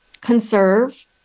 conserve